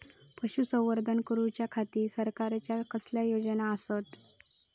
पशुसंवर्धन करूच्या खाती सरकारच्या कसल्या योजना आसत?